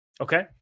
Okay